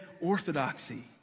orthodoxy